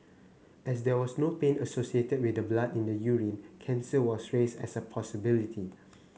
as there was no pain associated with the blood in the urine cancer was raised as a possibility